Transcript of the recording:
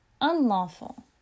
unlawful